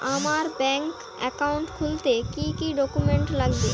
আমার bank account খুলতে কি কি ডকুমেন্ট লাগবে?